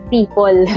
people